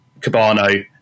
Cabano